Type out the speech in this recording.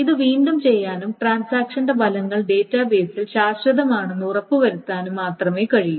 ഇത് വീണ്ടും ചെയ്യാനും ട്രാൻസാക്ഷന്റെ ഫലങ്ങൾ ഡാറ്റാബേസിൽ ശാശ്വതമാണെന്ന് ഉറപ്പുവരുത്താനും മാത്രമേ കഴിയൂ